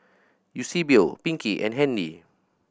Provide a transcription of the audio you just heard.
Eusebio Pinkie and Handy